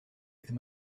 ddim